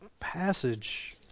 passage